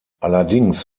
allerdings